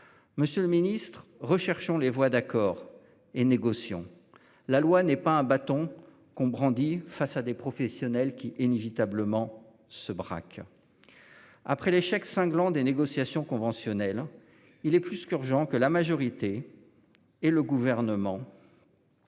Monsieur le Ministre recherchons les voix d'accord et négocions, la loi n'est pas un bâton qu'on brandit face à des professionnels qui inévitablement se braque. Après l'échec cinglant des négociations conventionnelles. Il est plus qu'urgent que la majorité. Et le gouvernement.